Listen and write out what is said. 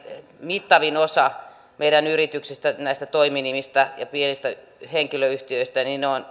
mittavin osa meidän yrityksistä näistä toiminimistä ja pienistä henkilöyhtiöistä